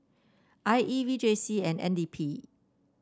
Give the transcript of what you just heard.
I E V J C and N D P